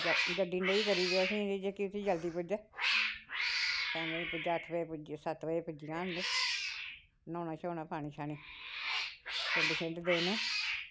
गड्डी नेही करी देओ असेंगी जेह्की उत्थें जल्दी पुज्जै टैमे दे पुज्जे अट्ठ बजे सत्त बजे पुज्जी जान ते न्हौना श्हौना पानी शानी पिंड शिंड देने